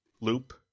Loop